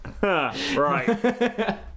right